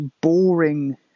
boring